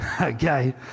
okay